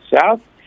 South